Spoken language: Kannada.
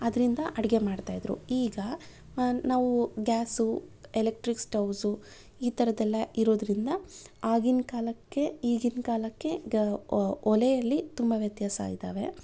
ಅದರಿಂದ ಅಡಿಗೆ ಮಾಡ್ತಾ ಇದ್ದರು ಈಗ ನಾ ನಾವು ಗ್ಯಾಸು ಎಲೆಕ್ಟ್ರಿಕ್ ಸ್ಟೌವ್ಸು ಈ ಥರದ್ದೆಲ್ಲ ಇರೋದ್ರಿಂದ ಆಗಿನ ಕಾಲಕ್ಕೆ ಈಗಿನ ಕಾಲಕ್ಕೆ ಗ ಒ ಒಲೆಯಲ್ಲಿ ತುಂಬ ವ್ಯತ್ಯಾಸ ಇದಾವೆ